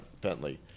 Bentley